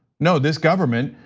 no, this government,